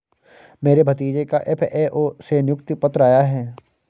मेरे भतीजे का एफ.ए.ओ से नियुक्ति पत्र आया है